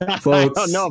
folks